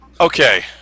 Okay